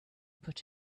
put